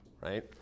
right